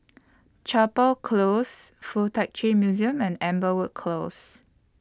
Chapel Close Fuk Tak Chi Museum and Amberwood Close